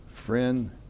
friend